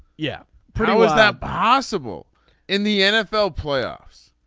yeah. but how is that possible in the nfl playoffs.